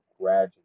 gradually